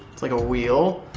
it's like a wheel.